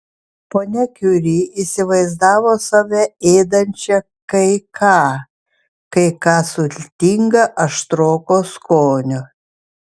ponia kiuri įsivaizdavo save ėdančią kai ką kai ką sultinga aštroko skonio